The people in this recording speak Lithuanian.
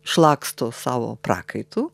šlaksto savo prakaitu